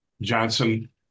Johnson